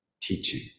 teaching